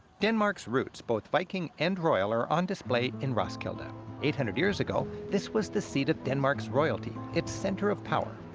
denmark's roots, both viking and royal, are on display in roskilde. eight hundred years ago, this was the seat of denmark's royalty, its center of power.